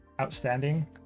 outstanding